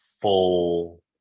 full